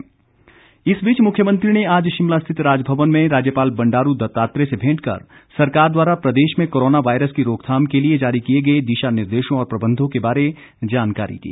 मुख्यमंत्री भेंट इस बीच मुख्यमंत्री ने आज शिमला स्थित राजभवन में राज्यपाल बंडारू दत्तात्रेय से भेंट कर सरकार द्वारा प्रदेश में कोरोना वायरस की रोकथाम के लिए जारी किए गए दिशा निर्देशों और प्रबंधों के बारे जानकारी दी